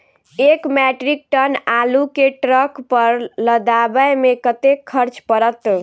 एक metric ton आलु केँ ट्रक पर लदाबै मे कतेक खर्च पड़त?